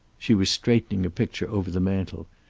she was straightening a picture over the mantel,